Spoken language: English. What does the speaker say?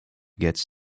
gets